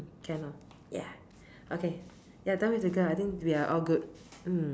can lah ya okay we're done with the girl I think we are all good mm